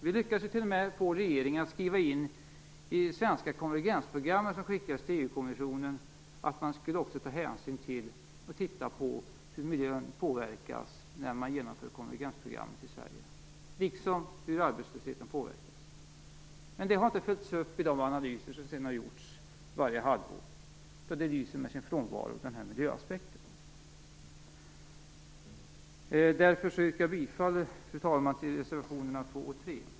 Vi lyckades t.o.m. få regeringen att skriva in i det svenska konvergensprogram som skickades till EU kommissionen att man också skulle ta hänsyn till och titta på hur miljön påverkas när man genomför konvergensprogrammet i Sverige liksom hur arbetslösheten påverkas. Men det har inte följts upp i de analyser som sedan har gjorts varje halvår. Miljöaspekten lyser med sin frånvaro. Fru talman! Jag yrkar därför bifall till reservationerna 2 och 3.